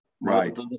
Right